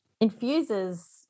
infuses